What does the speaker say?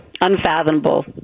unfathomable